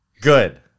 Good